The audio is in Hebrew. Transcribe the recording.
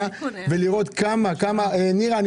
נירה,